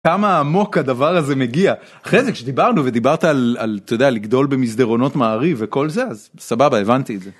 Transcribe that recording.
כמה עמוק הדבר הזה מגיע, אחרי זה כשדיברנו ודיברת על, אתה יודע, לגדול במסדרונות מעריב וכל זה אז סבבה הבנתי את זה.